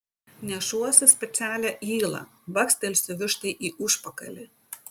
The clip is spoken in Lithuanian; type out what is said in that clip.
nešuosi specialią ylą bakstelsiu vištai į užpakalį